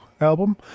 album